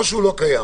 או הוא לא קיים.